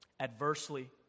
Adversely